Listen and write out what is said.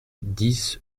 dix